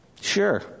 Sure